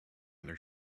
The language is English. their